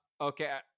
Okay